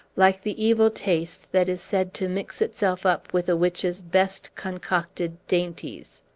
like the evil taste that is said to mix itself up with a witch's best concocted dainties.